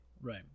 Right